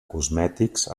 cosmètics